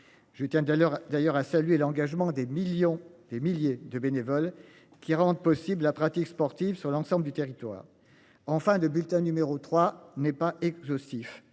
d'ailleurs, d'ailleurs à saluer l'engagement des millions, des milliers de bénévoles qui rendent possible la pratique sportive sur l'ensemble du territoire. En fin de bulletin numéro 3 n'est pas exhaustif,